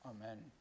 Amen